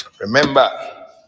Remember